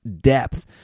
depth